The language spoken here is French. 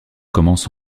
commence